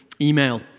email